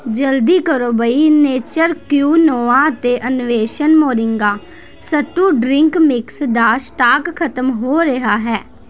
ਜਲਦੀ ਕਰੋ ਬਈ ਨੇਚਰ ਕੁਇਨੋਆ ਅਤੇ Anveshan moringa sattu drink mix ਦਾ ਸਟਾਕ ਖਤਮ ਹੋ ਰਿਹਾ ਹੈ